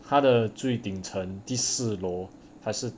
他的最顶层第四四楼还是